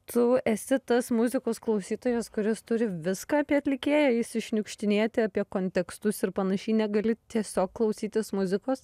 tu esi tas muzikos klausytojas kuris turi viską apie atlikėją jis iššniukštinėti apie kontekstus ir panašiai negali tiesiog klausytis muzikos